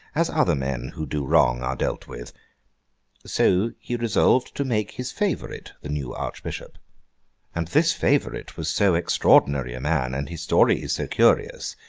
as other men who do wrong are dealt with so, he resolved to make his favourite, the new archbishop and this favourite was so extraordinary a man, and his story is so curious,